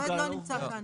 העובד לא נמצא כאן.